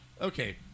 Okay